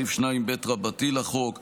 סעיף 2ב לחוק,